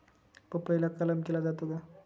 पपईला कलम केला जातो का?